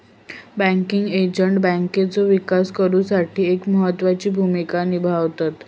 banking agent बँकेचो विकास करुच्यासाठी एक महत्त्वाची भूमिका निभावता